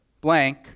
blank